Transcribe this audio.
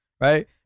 right